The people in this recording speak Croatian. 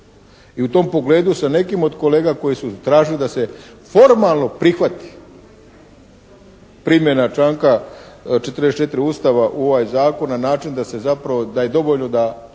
I u tom pogledu sa nekim od kolega koji su tražili da se formalno prihvati primjena članka 44. Ustava u ovaj Zakon na način da se zapravo, da